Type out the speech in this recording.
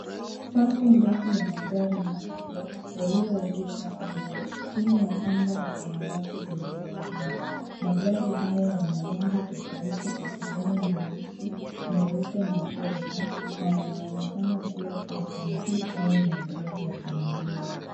Safu ndefu ya magari mapya yaliyoegeshwa nje chini ya anga la samawati lenye mawingu, magari haya yana rangi tofauti ikiwemo nyeusi, nyeupe, na fedha na yanaonekana kuwa SUV au magari ya familia.